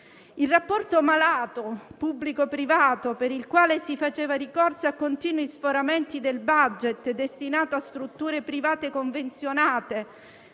Il rapporto malato pubblico-privato, per il quale si faceva ricorso a continui sforamenti del *budget* destinato a strutture private convenzionate